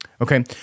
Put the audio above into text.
Okay